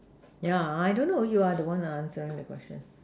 yeah I don't know you are the one answering the question